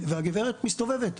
והגברת מסתובבת.